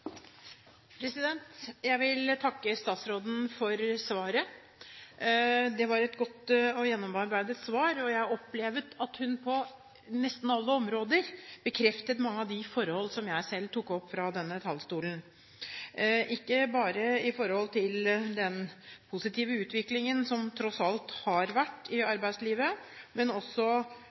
Jeg vil takke statsråden for svaret. Det var et godt og gjennomarbeidet svar, og jeg opplevde at hun på nesten alle områder bekreftet mange av de forhold som jeg selv tok opp fra denne talerstolen, ikke bare i forhold til den positive utviklingen som tross alt har vært i arbeidslivet, men også